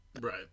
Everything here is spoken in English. right